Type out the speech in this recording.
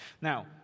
Now